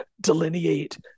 delineate